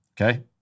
okay